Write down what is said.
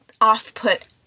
off-put